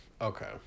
okay